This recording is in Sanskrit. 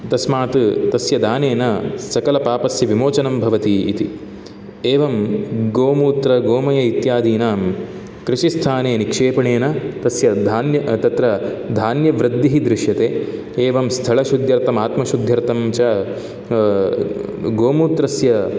तस्मात् तस्य दानेन सकलपापस्य विमोचनं भवति इति एवं गोमूत्रगोमय इत्यादीनां कृषिस्थाने निक्षेपणेन तस्य धान्य तत्र धान्य वृद्धिः दृश्यते एवं स्थळशुद्ध्यर्थम् आत्मशुद्ध्यर्थं च गोमूत्रस्य